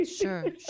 Sure